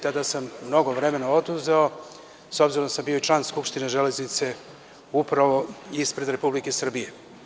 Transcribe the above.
Tada sam mnogo vremena oduzeo, s obzirom da sam bio i član Skupštine „Železnice“ upravo ispred Republike Srbije.